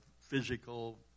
physical